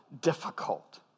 difficult